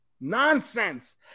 Nonsense